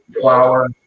flour